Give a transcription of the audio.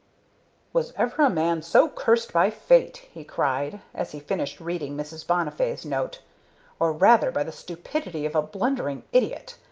was ever a man so cursed by fate! he cried, as he finished reading mrs. bonnifay's note or, rather, by the stupidity of a blundering idiot!